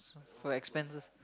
for expenses